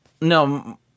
No